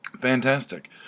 Fantastic